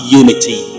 unity